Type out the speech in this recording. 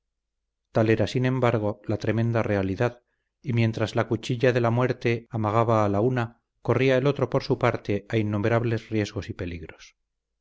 tal era sin embargo la tremenda realidad y mientras la cuchilla de la muerte amagaba a la una corría el otro por su parte a innumerables riesgos y peligros